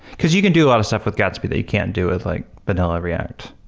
because you can do a lot of stuff with gatsby that you can't do with like vanilla react.